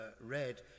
read